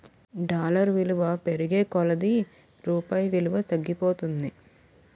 dollar విలువ పెరిగే కొలది రూపాయి విలువ తగ్గిపోతుంది